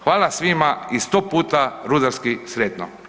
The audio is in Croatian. Hvala svima i 100 puta, rudarski, sretno.